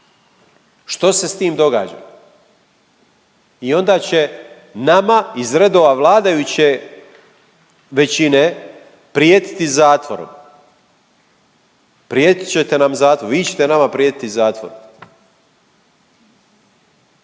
Što se s tim događa? I onda će nama iz redova vladajuće većine prijetiti zatvorom. Prijetit ćete nam zatvorom, vi ćete nama prijetiti zatvorom.